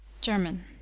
German